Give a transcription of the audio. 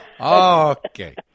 Okay